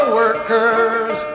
workers